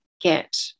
get